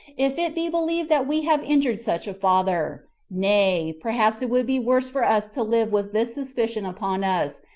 if it be believed that we have injured such a father nay, perhaps it would be worse for us to live with this suspicion upon us,